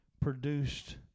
produced